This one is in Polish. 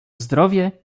zdrowie